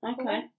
Okay